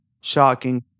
shocking